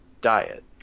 diet